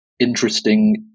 interesting